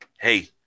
Hey